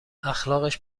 اخلاقش